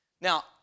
Now